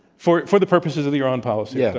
for for the purposes of the iran policy. yes.